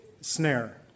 snare